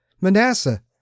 Manasseh